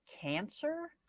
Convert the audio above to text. cancer